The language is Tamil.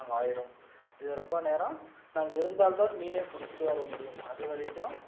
மறுநாள் காலையில வரைக்கும் கூட நாங்கள் ஆயிரும் இது ரொம்ப நேரம் நாங்கள் இருந்தால் தான் மீனே பிடிச்சிட்டு வர முடியும் அது வரைக்கும்